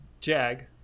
jag